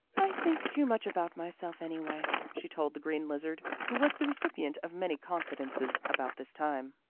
i think too much about myself, anyway, she told the green lizard, who was the recipient of many confidences about this time.